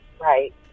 Right